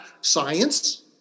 science